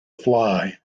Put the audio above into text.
fly